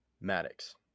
Maddox